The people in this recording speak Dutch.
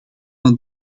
het